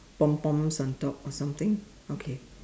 pom poms on top or something okay